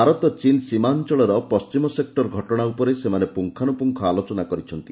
ଭାରତ ଚୀନ୍ ସୀମା ଅଞ୍ଚଳର ପଶ୍ଚିମ ସେକ୍ଟର ଘଟଣା ଉପରେ ସେମାନେ ପୁଙ୍ଖାନୁପୁଙ୍ଗ ଆଲୋଚନା କରିଛନ୍ତି